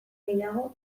gehiago